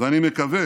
ואני מקווה